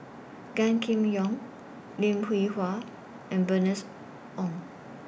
Gan Kim Yong Lim Hwee Hua and Bernice Ong